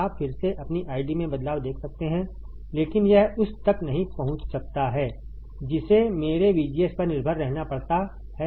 आप फिर से अपनी आईडी में बदलाव देख सकते हैं लेकिन यह उस तक नहीं पहुंच सकता है जिसे मेरे VGS पर निर्भर रहना पड़ता है